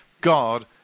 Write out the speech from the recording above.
God